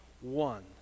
One